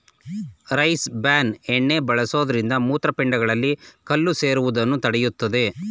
rice bran ಎಣ್ಣೆ ಬಳಸುವುದರಿಂದ ಮೂತ್ರಪಿಂಡಗಳಲ್ಲಿ ಕಲ್ಲು ಸೇರುವುದನ್ನು ತಡೆಯುತ್ತದೆ